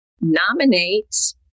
nominate